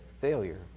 failure